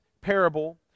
parable